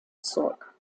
zurück